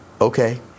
okay